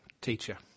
teacher